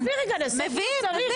אולי תביא --- מביאים, מביאים.